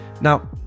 Now